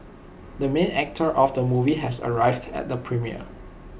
the main actor of the movie has arrived at the premiere